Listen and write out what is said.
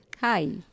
Hi